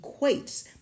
equates